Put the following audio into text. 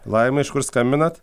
laima iš kur skambinat